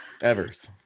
Evers